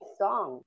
song